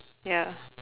ya